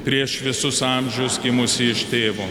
prieš visus amžius gimusį iš tėvo